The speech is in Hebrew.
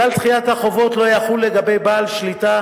כלל דחיית החובות לא יחול לגבי בעל שליטה